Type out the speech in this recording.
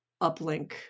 uplink